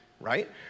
right